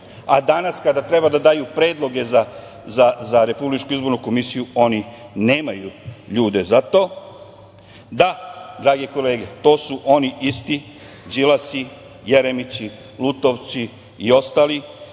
a danas kada treba da daju predloge za RIK oni nemaju ljude za to. Da, drage kolege, to su oni isti, Đilasi, Jeremići, Lutovci i ostali